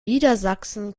niedersachsen